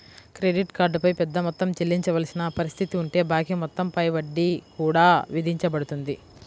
credit card పై పెద్ద మొత్తం చెల్లించవలసిన పరిస్థితి ఉంటే బాకీ మొత్తం పై వడ్డీ కూడా విధించబడుతుంది